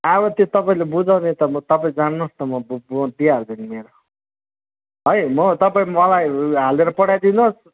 अब त्यो तपाईँले बुझाउने त तपाईँ जान्नुहोस् न म ब ब दिइहाल्छु नि मेरो है म तपाईँ मलाई हालिदिएर पठाइदिनु होस्